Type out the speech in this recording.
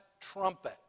trumpet